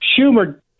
Schumer